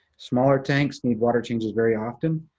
smaller tanks need water changes very often.